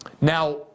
Now